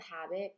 habit